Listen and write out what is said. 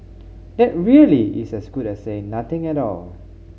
that really is as good as saying nothing at all